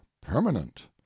permanent